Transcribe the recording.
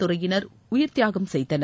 துறையினர் உயிர்த்தியாகம் செய்தனர்